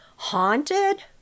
haunted